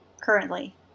currently